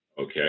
Okay